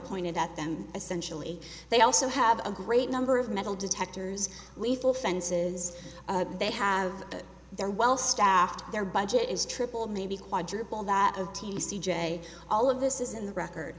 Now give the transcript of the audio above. pointed at them essentially they also have a great number of metal detectors lethal fences they have their well staffed their budget is triple maybe quadruple that of t c j all of this is in the record